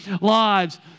lives